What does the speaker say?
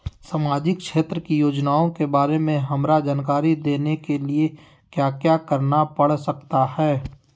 सामाजिक क्षेत्र की योजनाओं के बारे में हमरा जानकारी देने के लिए क्या क्या करना पड़ सकता है?